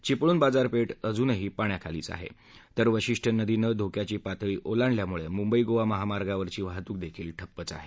विपळूण बाजारपेठ अजूनही पाण्याखालीच आहे तर वशिष्ठी नदीनं धोक्याची पातळी ओलांडल्यामुळे मुंबई गोवा महामार्गावरची वाहतूक ठप्पच आहे